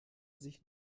sich